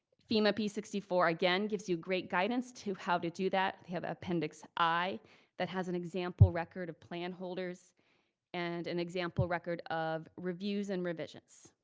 fema p sixty four again gives your great guidance how to do that. they have appendix i that has an example record of plan holders and an example record of reviews and revisions.